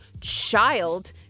child